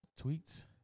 tweets